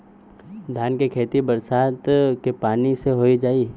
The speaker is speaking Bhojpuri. धान के खेती बरसात के पानी से हो जाई?